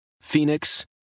Phoenix